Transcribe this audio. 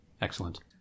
Excellent